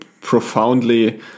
profoundly